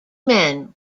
men